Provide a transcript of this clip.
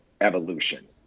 evolution